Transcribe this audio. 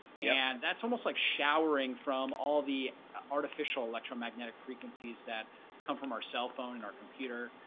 yeah and that's almost like showering from all the artificial electromagnetic frequencies that come from our cell phone in our computer.